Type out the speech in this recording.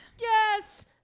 Yes